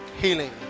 Healing